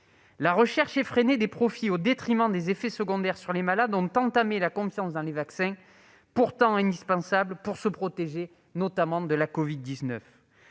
La recherche effrénée des profits au détriment de la détection des effets secondaires a entamé la confiance dans les vaccins, pourtant indispensables pour se protéger, notamment, de la covid-19.